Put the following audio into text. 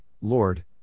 Lord